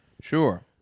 Sure